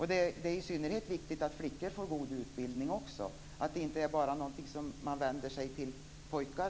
I synnerhet är det viktigt att också flickor får god utbildning, och att det inte bara är något som vänder sig till pojkar.